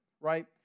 right